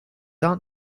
aren’t